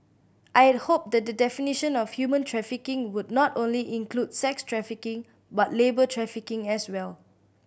I had hoped that the definition of human trafficking would not only include sex trafficking but labour trafficking as well